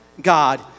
God